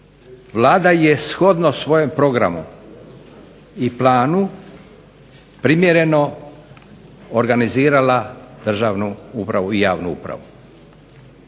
Vlada je shodno svojem programu i planu primjereno organizirala državnu upravu i javnu upravu.